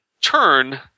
turn